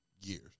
years